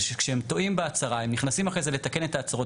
זה שכשהם טועים בהצהרה הם נכנסים אחרי זה לתקן את ההצהרות